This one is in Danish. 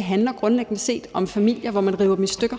handler grundlæggende set om familier, hvor man river dem i stykker.